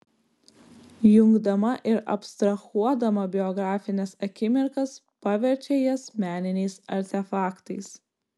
jungdama ir abstrahuodama biografines akimirkas paverčia jas meniniais artefaktais